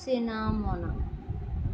cinnamon